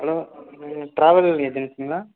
hello travel ஏஜென்சீங்களா